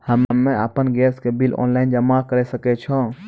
हम्मे आपन गैस के बिल ऑनलाइन जमा करै सकै छौ?